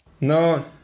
No